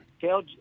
Tell